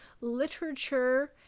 literature